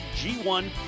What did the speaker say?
G1